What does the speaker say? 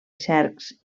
cercs